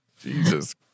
Jesus